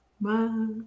Bye